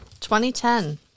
2010